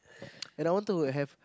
and I wanted to have